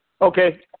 Okay